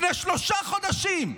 לפני שלושה חודשים,